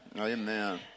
amen